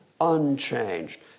unchanged